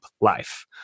life